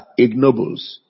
ignobles